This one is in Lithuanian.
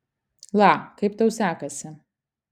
la kaip tau sekasi